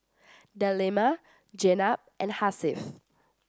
Delima Jenab and Hasif